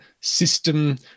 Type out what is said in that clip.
system